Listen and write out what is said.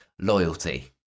loyalty